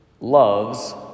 loves